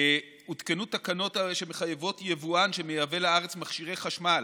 הותקנו תקנות שמחייבות יבואן שמייבא לארץ מכשירי חשמל,